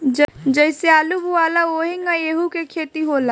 जइसे आलू बोआला ओहिंगा एहू के खेती होला